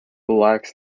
lacks